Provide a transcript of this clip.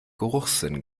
geruchssinn